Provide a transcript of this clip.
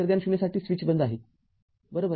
तर t0 साठी switch बंद आहे बरोबर